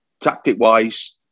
Tactic-wise